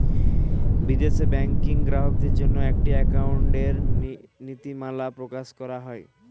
বিদেশে ব্যাংকিং গ্রাহকদের জন্য একটি অ্যাকাউন্টিং এর নীতিমালা প্রকাশ করা হয়